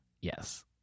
Yes